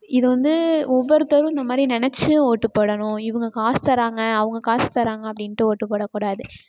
இதை வந்து ஒவ்வொருத்தரும் இந்த மாதிரி நினச்சி ஓட்டு போடணும் இவங்க காசு தர்றாங்க அவங்க காசு தர்றாங்க அப்படின்ட்டு ஓட்டு போடக்கூடாது